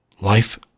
life